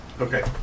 Okay